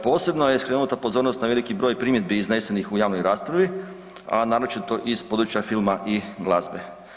Posebno je skrenuta pozornost na veliki broj primjedbi iznesenih u javnoj raspravi, a naročito iz područja filma i glazbe.